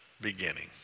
beginning